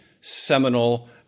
seminal